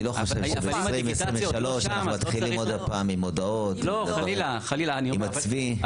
אני לא חושב שב-2023 צריך להתחיל עוד פעם עם הודעות עם הצבי...